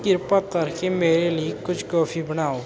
ਕਿਰਪਾ ਕਰਕੇ ਮੇਰੇ ਲਈ ਕੁਝ ਕੌਫੀ ਬਣਾਉ